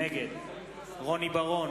נגד חיים אורון,